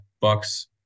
bucks